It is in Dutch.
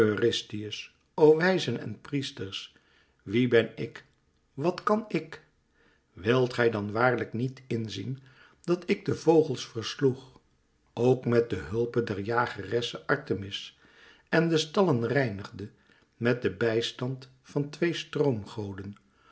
o wijzen en priesters wie ben ik wat kan ik wilt gij dan waarlijk niet in zien dat ik de vogels versloeg ook met de hulpe der jageresse artemis en de stallen reinigde met den bijstand van twee